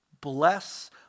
Bless